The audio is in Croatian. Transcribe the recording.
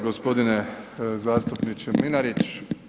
Gospodine zastupniče Mlinarić.